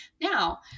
Now